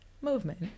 movement